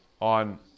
on